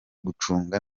gucunga